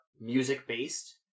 music-based